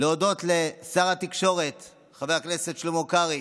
להודות לשר התקשורת חבר הכנסת שלמה קרעי,